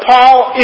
Paul